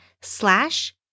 slash